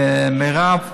מירב,